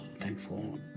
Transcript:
thankful